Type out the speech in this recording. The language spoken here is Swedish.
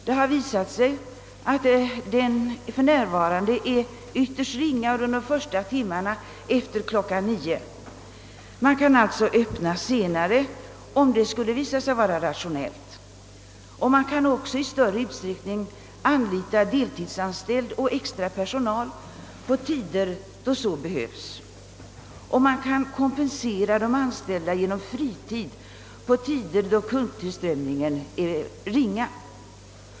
Det har visat sig att denna för närvarande är ytterst liten under de första timmarna efter klockan 9. Man kan alltså öppna senare, om det skulle visa sig rationellt, och man kan också i större utsträckning anlita deltidsanställd och extra personal på tider då så behövs. Man kan vidare kompensera de anställda genom att ge dem ledigt på tider då kundtillströmningen är ringa.